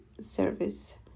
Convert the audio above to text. Service